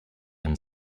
and